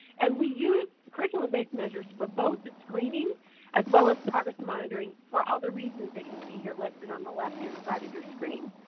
and we use curriculum-based measures for both the screening as well as progress monitoring for all the reasons that you see here listed on the left hand side of your screen.